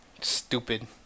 Stupid